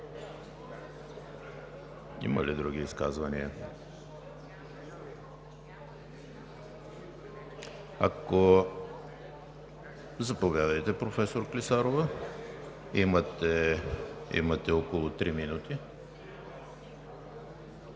Има ли други изказвания? Заповядайте, професор Клисарова – имате около три минути.